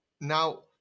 now